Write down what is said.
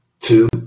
two